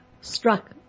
struck